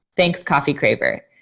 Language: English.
thanks coffee craver.